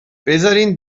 بذارین